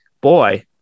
boy